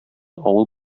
авыл